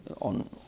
on